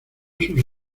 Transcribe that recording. sus